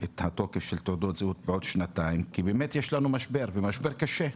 תוקף תעודות הזהות בעוד שנתיים כי באמת יש לנו משבר וזה משבר קשה.